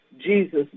Jesus